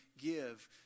give